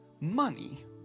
money